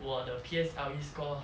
我的 P_S_L_E score